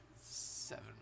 Seven